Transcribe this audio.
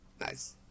Nice